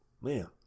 man